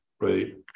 right